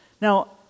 Now